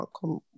come